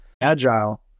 Agile